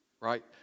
Right